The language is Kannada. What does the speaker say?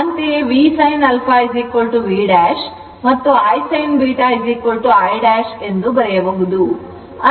ಅಂತೆಯೇ V sin α V ' ಮತ್ತು I sin β I ' ಎಂದು ಬರೆಯಬಹುದು